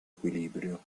equilibrio